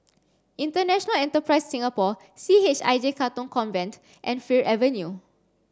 International Enterprise Singapore C H I J Katong Convent and Fir Avenue